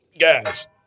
Guys